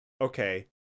Okay